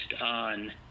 on